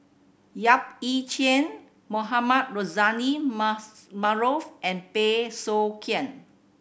Yap Ee Chian Mohamed Rozani Maarof and Bey Soo Khiang